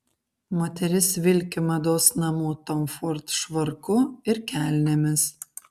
moteris vilki mados namų tom ford švarku ir kelnėmis